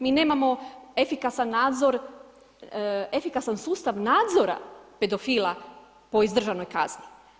Mi nemamo efikasan nadzor, efikasan sustav nadzora pedofila po izdržanoj kazni.